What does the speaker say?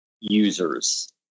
users